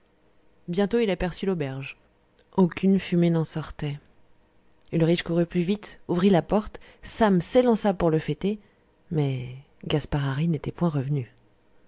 bientôt il aperçut l'auberge aucune fumée n'en sortait ulrich courut plus vite ouvrit la porte sam s'élança pour le fêter mais gaspard hari n'était point revenu